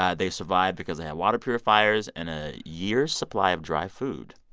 ah they survived because they had water purifiers and a year's supply of dry food.